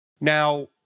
Now